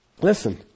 Listen